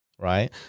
Right